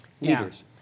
leaders